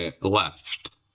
left